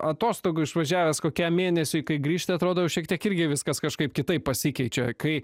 atostogų išvažiavęs kokiam mėnesiui kai grįžti atrodo šiek tiek irgi viskas kažkaip kitaip pasikeičia kai